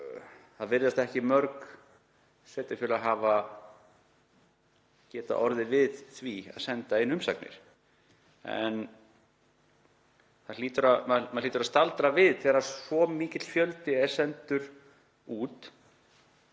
það virðast ekki mörg sveitarfélög hafa getað orðið við því að senda inn umsagnir. Maður hlýtur að staldra við þegar svo mikill fjöldi beiðna er sendur út,